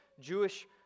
Jewish